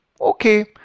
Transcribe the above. okay